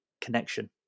connection